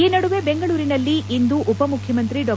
ಈ ನಡುವೆ ಬೆಂಗಳೂರಿನಲ್ಲಿಂದು ಉಪಮುಖ್ಯಮಂತ್ರಿ ಡಾ